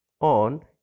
on